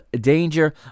danger